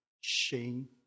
shame